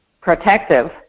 protective